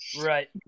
right